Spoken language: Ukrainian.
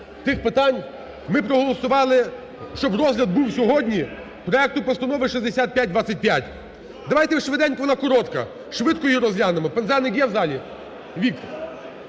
тих питань, ми проголосували, щоб розгляд був сьогодні проекту постанови 6525. Давайте швиденько, вона коротка. Швидко її розглянемо. Пинзеник є в залі? Є.